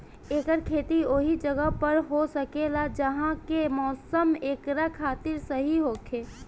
एकर खेती ओहि जगह पर हो सकेला जहा के मौसम एकरा खातिर सही होखे